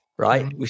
right